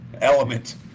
element